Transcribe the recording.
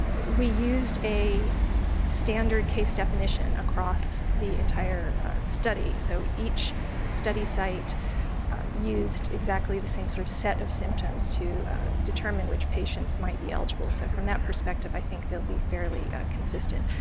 we used a standard case definition across the entire study so each study site used exactly the same sort of set of symptoms to determine which patients might be eligible. so from that perspective i think they'll be fairly consistent.